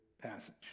passage